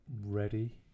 ready